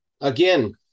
again